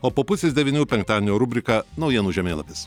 o po pusės devynių penktadienio rubrika naujienų žemėlapis